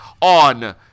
on